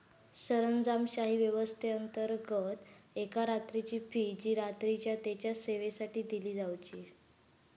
सरंजामशाही व्यवस्थेच्याअंतर्गत एका रात्रीची फी जी रात्रीच्या तेच्या सेवेसाठी दिली जावची